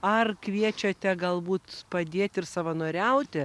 ar kviečiate galbūt padėti ir savanoriauti